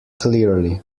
clearly